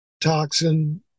toxin